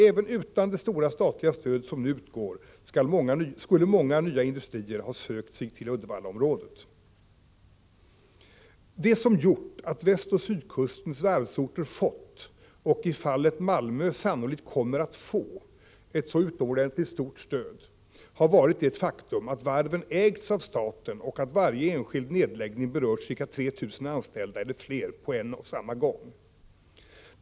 Även utan det stora statliga stöd som nu utgår skulle många nya industrier ha sökt sig till Uddevallaområdet! Det som gjort att västoch sydkustens varvsorter fått — och i fallet Malmö sannolikt kommer att få — ett så utomordenligt stort stöd har varit det faktum att varven ägts av staten och att varje enskild nedläggning berört ca 3 000 anställda eller fler på en och samma gång.